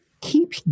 keep